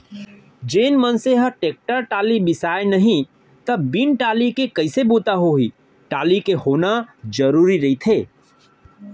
जेन मनसे ह टेक्टर टाली बिसाय नहि त बिन टाली के कइसे बूता होही टाली के होना जरुरी रहिथे